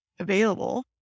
available